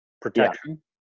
protection